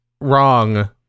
wrong